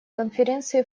конференции